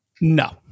No